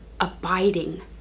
abiding